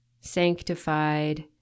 sanctified